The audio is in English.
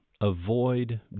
avoid